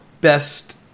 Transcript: best